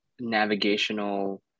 navigational